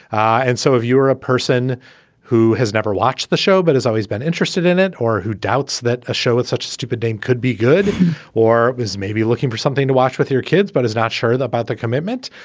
and so if you a person who has never watched the show but has always been interested in it, or who doubts that a show it's such a stupid name could be good or is maybe looking for something to watch with your kids but is not sure about the commitment.